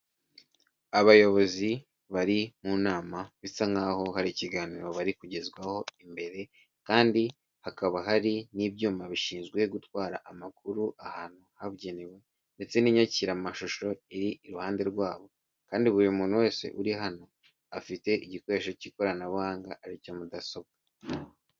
Abayobozi bari mu nama bisa nk'aho hari ikiganiro bari kugezwaho imbere kandi hakaba hari n'ibyuma bishinzwe gutwara amakuru ahantu habubugenewe, ndetse n'inyakiramashusho iri iruhande rw'abo kandi buri muntu wese uri hano afite igikoresho cy'ikoranabuhanga aricyo mudasobwa.